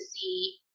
see